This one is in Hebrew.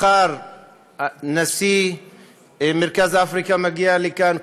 מחר נשיא מרכז אפריקה מגיע לכאן.